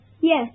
Yes